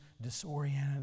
disoriented